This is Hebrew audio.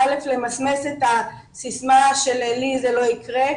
קודם כל למסמס את הסיסמה של לי זה לא יקרה,